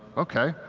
okay.